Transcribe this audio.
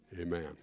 amen